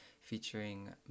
featuring